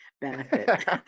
benefit